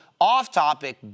OFFTOPIC